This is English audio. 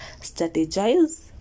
Strategize